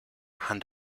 hand